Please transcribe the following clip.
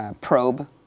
probe